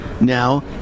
now